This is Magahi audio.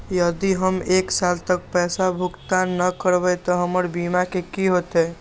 यदि हम एक साल तक पैसा भुगतान न कवै त हमर बीमा के की होतै?